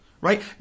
right